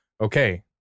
okay